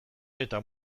eta